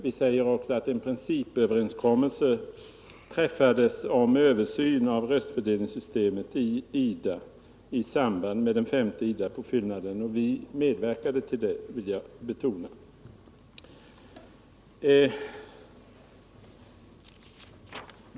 Vi säger också att en principöverenskommelse träffades om översyn av röstfördelningssystemet i IDA i samband med den femte IDA påfyllnaden, och jag vill betona att vi från svensk sida medverkade till det.